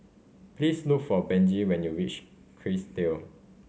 please look for Benji when you reach Kerrisdale